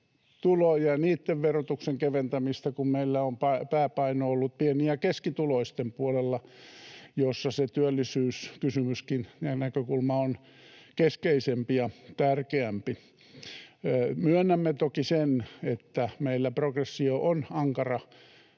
tuloja, niitten verotuksen keventämistä, kun meillä on pääpaino ollut pieni‑ ja keskituloisten puolella, jossa se työllisyyskysymyskin, ja ‑näkökulma, on keskeisempi ja tärkeämpi. Myönnämme toki sen, että meillä progressio on ankara.